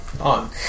on